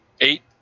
eight